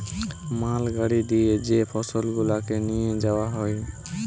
মাল গাড়ি দিয়ে যে ফসল গুলাকে লিয়ে যাওয়া হয়